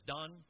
done